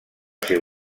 ser